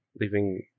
leaving